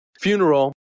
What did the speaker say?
funeral